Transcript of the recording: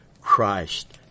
Christ